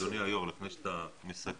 אדוני היושב ראש, לפני שאתה מסכם.